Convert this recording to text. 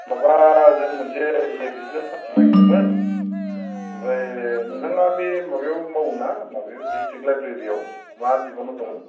माबा जों मोनसे एकजिभिजन फार्थिनो नागिरदोंमोन ओमफ्राय नोंथाङा बे माबायाव मावो ना माबायाव डिस्ट्रिक लाइब्रेरियाव मा बिबानाव दं